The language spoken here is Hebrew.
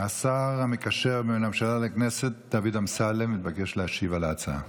השר המקשר בין הממשלה לכנסת דוד אמסלם מתבקש להשיב על ההצעה.